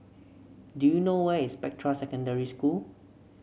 do you know where is Spectra Secondary School